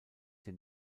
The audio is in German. den